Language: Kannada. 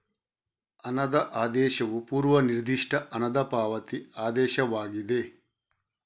ಹಣದ ಆದೇಶವು ಪೂರ್ವ ನಿರ್ದಿಷ್ಟ ಹಣದ ಪಾವತಿ ಆದೇಶವಾಗಿದೆ